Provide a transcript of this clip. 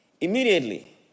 Immediately